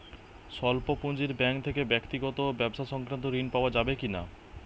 স্বল্প পুঁজির ব্যাঙ্ক থেকে ব্যক্তিগত ও ব্যবসা সংক্রান্ত ঋণ পাওয়া যাবে কিনা?